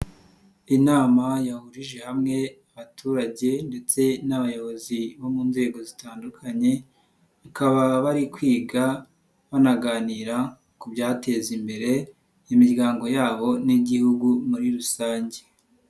Inama yahurije hamwe abaturage ndetse n'abayobozi bo mu nzego zitandukanye, bakaba bari kwiga banaganira ku byateza imbere imiryango yabo n'Igihugu muri rusange.